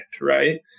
right